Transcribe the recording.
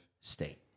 state